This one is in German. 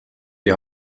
die